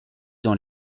dans